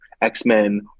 X-Men